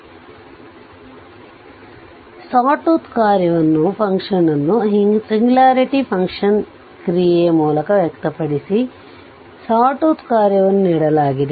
ಆದ್ದರಿಂದ sawtooth ಕಾರ್ಯವನ್ನು ನ್ನು ಸಿಂಗ್ಯೂಲಾರಿಟಿ ಕಾರ್ಯ ಕ್ರಿಯೆಯ ಮೂಲಕ ವ್ಯಕ್ತಪಡಿಸಿ ಸಾ ಟೂತ್ ಕಾರ್ಯವನ್ನು ನ್ನು ನೀಡಲಾಗಿದೆ